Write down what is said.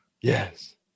Yes